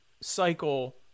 cycle